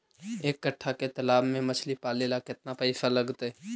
एक कट्ठा के तालाब में मछली पाले ल केतना पैसा लगतै?